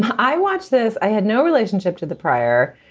i watched this. i had no relationship to the prior